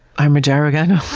i am a gyro gyno.